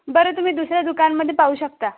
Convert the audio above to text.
बरं तुम्ही दुसऱ्या दुकानामध्ये पाहू शकता